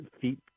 feet